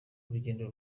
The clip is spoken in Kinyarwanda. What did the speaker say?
urugendo